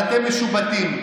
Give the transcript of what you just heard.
אתם משובטים.